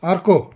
अर्को